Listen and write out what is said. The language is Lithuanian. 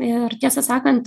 ir tiesą sakant